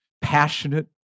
Passionate